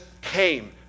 came